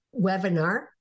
webinar